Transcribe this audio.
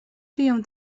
triomf